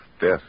death